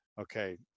okay